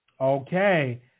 Okay